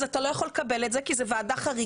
אז אתה לא יכול לקבל את זה כי זה ועדה חריגה,